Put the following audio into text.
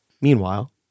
Meanwhile